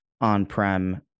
on-prem